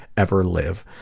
ever live.